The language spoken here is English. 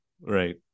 right